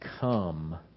come